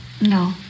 No